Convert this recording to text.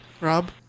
Rob